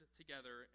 together